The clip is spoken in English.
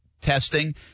testing